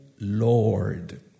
Lord